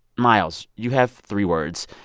miles, you have three words.